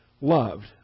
loved